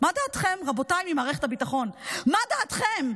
מה דעתכם,